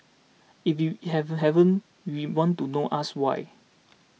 if you it hasn't has then we want to know ask why